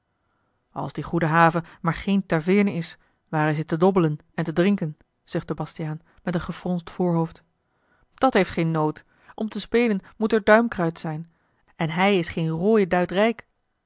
als die goede haven maar geene taveerne is waar hij zit te dobbelen en te drinken zuchtte bastiaan met een gefronsd voorhoofd dat heeft geen nood om te spelen moet er duimkruid zijn en hij is geen rooien